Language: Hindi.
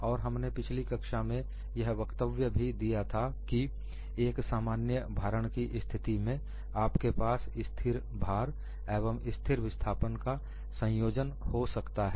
और हमने पिछली कक्षा में यह वक्तव्य भी दिया था कि एक सामान्य भारण की स्थिति में आपके पास स्थिर भार एवं स्थिर विस्थापन का संयोजन हो सकता है